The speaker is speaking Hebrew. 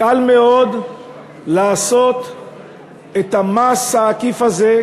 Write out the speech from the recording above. קל מאוד לעשות את המס העקיף הזה,